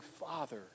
Father